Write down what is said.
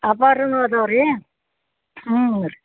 ಆಫರೂನು ಅದಾವೆ ರೀ ಹ್ಞೂ ರೀ